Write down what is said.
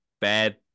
bad